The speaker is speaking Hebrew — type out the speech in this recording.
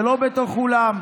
זה לא בתוך אולם,